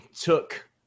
took